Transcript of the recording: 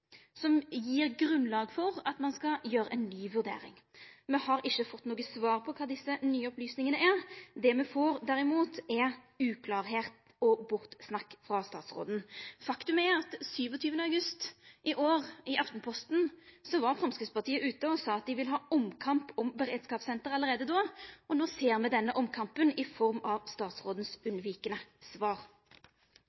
som gir grunnlag for å gjera ei ny vurdering? Me har ikkje fått noko svar på kva desse nye opplysningane er. Det me får, derimot, er uklarleik og bortsnakking frå statsråden. Faktum er at Framstegspartiet – i Aftenposten den 27. august i år – var ute og sa at dei ville ha omkamp om beredskapssenter allereie då, og no ser me denne omkampen i form av